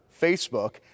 Facebook